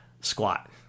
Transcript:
squat